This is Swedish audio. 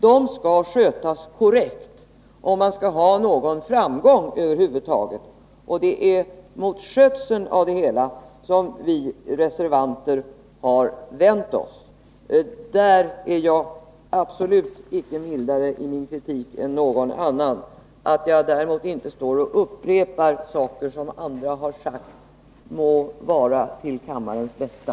De skall skötas korrekt, om man skall 35 ha någon framgång över huvud taget. Det är mot skötseln av ärendet som vi reservanter har vänt oss. På den punkten är jag absolut inte mildare i min kritik än någon annan. Att jag däremot inte står här och upprepar saker som andra har sagt må vara till kammarens bästa.